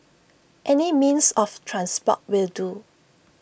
any means of transport will do